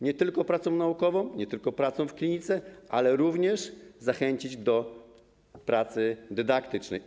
Nie tylko pracą naukową, nie tylko pracą w klinice, ale również ma zachęcić do pracy dydaktycznej.